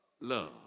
love